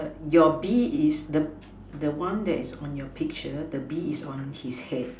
your bee is the the one that's on your picture the bee is on his head